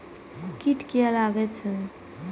कीट किये लगैत छै?